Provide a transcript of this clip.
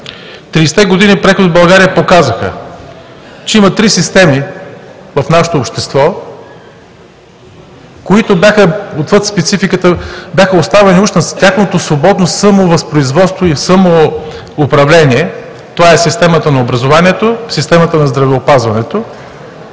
години преход в България показаха, че има три системи в нашето общество, които, отвъд спецификата, бяха оставени уж на тяхното свободно самовъзпроизводство и самоуправление. Това са: системата на образованието; системата на здравеопазването;